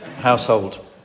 household